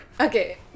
Okay